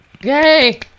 Yay